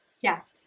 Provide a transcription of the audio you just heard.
yes